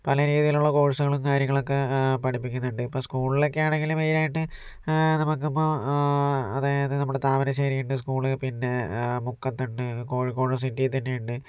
പല രീതിയിലുള്ള കോഴ്സുകളും കാര്യങ്ങളൊക്കെ പഠിപ്പിക്കുന്നുണ്ട് ഇപ്പോൾ സ്കൂളിലൊക്കെ ആണെങ്കിൽ മെയിൻ ആയിട്ട് നമുക്കിപ്പോൾ അതായത് നമ്മുടെ താമരശ്ശേരി ഉണ്ട് സ്കൂൾ പിന്നെ മുക്കത്ത് ഇണ്ട് കോഴിക്കോട് സിറ്റി തന്നെ ഉണ്ട്